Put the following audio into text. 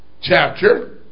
chapter